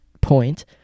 point